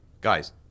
Guys